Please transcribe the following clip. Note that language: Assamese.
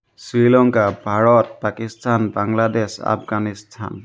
শ্ৰীলংকা ভাৰত পাকিস্তান বাংলাদেশ আফগানিস্তান